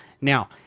Now